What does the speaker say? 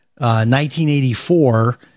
1984